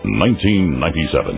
1997